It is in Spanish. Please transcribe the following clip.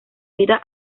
vida